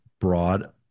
broad